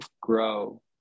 grow